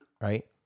right